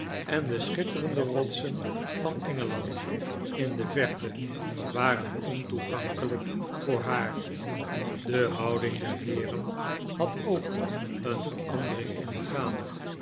en de schitterende rotsen van engeland in de verte waren ontoegankelijk voor haar de houding der heeren had ook een verandering ondergaan